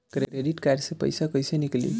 Credit card से पईसा केइसे निकली?